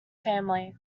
family